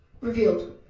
revealed